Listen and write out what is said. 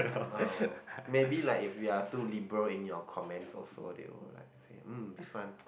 uh maybe like if we are too liberal in your comments also they will like say mm this one